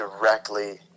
directly